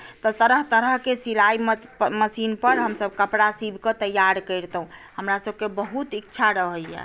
तऽ तरह तरहकेँ सिलाई मशीन पर हमसभ कपड़ा सिवकऽ तैयार करितहुँ हमरा सभकेँ बहुत इच्छा रहैया